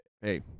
hey